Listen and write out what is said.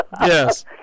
Yes